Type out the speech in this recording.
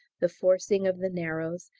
the forcing of the narrows,